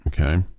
okay